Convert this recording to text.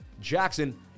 Jackson